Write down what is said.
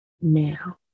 now